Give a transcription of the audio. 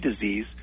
disease